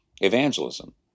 evangelism